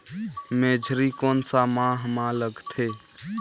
मेझरी कोन सा माह मां लगथे